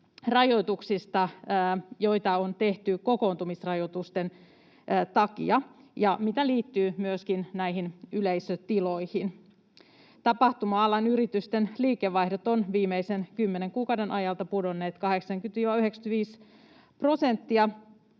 rajoituksista, joita on tehty kokoontumisrajoitusten takia ja mitä liittyy myöskin näihin yleisötiloihin. Tapahtuma-alan yritysten liikevaihdot ovat viimeisen kymmenen kuukauden ajalta pudonneet 80—95 prosenttia,